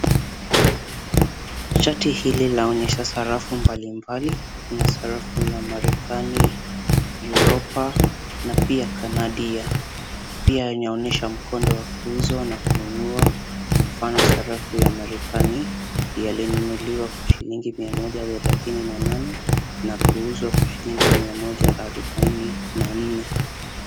Chati hili laonyesha rafu mbalimbali kuna sarafu ya Marekani, Europa, na pia Kanadia. Pia inaonyesha mkondo wa kuuzwa na kununua, kwa mfano sarafu ya Marekani yalinunuliwa kwa shilingi 138 na kuuzwa kwa shilingi 144.